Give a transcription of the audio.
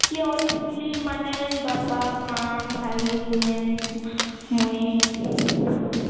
କିଏ all family ମାନେ ବାପା ମାଆ ଭାଇ ବହେନ ମୁଇଁ ସଭେ